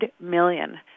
million